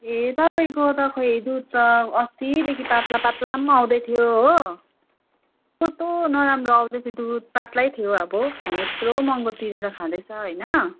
ए तपाईँको त खै दुध त अस्तिदेखि पात्ला पात्ला पनि आउँदै थियो हो कस्तो नराम्रो आउँदै थियो दुध पात्लै थियो अब हामी यत्रो महँगो तिरेर खाँदैछ होइन